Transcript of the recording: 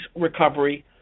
recovery